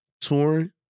touring